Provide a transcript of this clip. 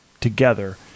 together